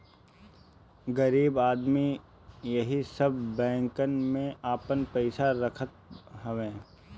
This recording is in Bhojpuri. गरीब आदमी एही सब बैंकन में आपन पईसा रखत हवे